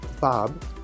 Bob